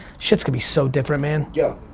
shit's gonna be so different, man. yeah